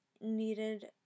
needed